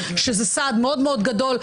זה סעד מאוד מאוד גדול,